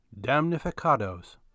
Damnificados